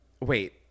wait